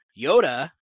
Yoda